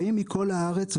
מכל הארץ,